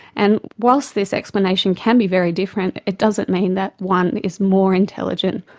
and while so this explanation can be very different it doesn't mean that one is more intelligent,